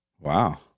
wow